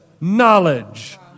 knowledge